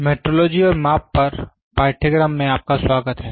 metrology और माप पर पाठ्यक्रम में आपका स्वागत है